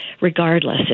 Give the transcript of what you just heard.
regardless